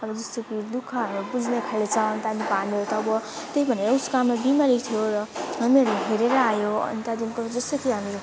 अब जस्तो कि दुःखहरू बुझ्ने खाले छ अन त्यहाँदेखिको हामी उता अब त्यही भनेर उसको आमा बिमारी थियो र हामीहरू हेरेर आयौँ अनि त्यहाँदेखिको जस्तो कि हामी